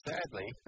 Sadly